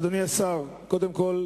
אדוני השר, קודם כול